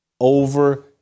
over